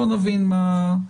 בוא נבין מה.